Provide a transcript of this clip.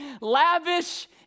lavish